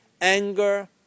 Anger